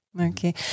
Okay